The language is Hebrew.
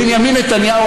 בנימין נתניהו,